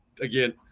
Again